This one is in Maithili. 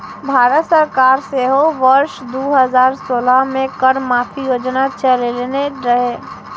भारत सरकार सेहो वर्ष दू हजार सोलह मे कर माफी योजना चलेने रहै